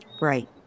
right